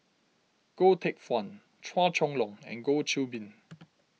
Goh Teck Phuan Chua Chong Long and Goh Qiu Bin